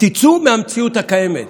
תצאו מהמציאות הקיימת.